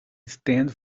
stands